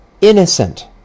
innocent